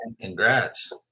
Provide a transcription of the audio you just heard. Congrats